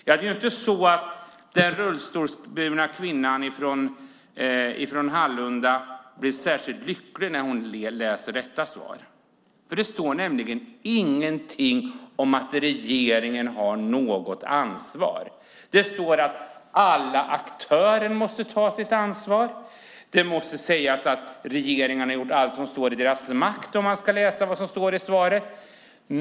Ja, den rullstolsburna kvinnan från Hallunda blir nog inte särskilt lycklig när hon läser det, för det står inget om att regeringen har ett ansvar. Det står att alla aktörer måste ta sitt ansvar och att regeringen har gjort allt som står i dess makt.